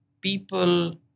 people